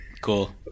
Cool